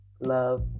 love